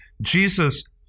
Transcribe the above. Jesus